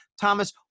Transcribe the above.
thomas